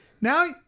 Now